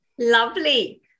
Lovely